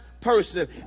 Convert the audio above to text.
person